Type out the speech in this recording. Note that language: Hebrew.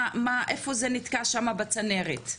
איפה זה נתקע שמה בצנרת?